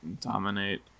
dominate